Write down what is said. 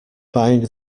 buying